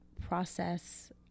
process